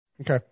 Okay